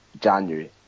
January